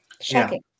Shocking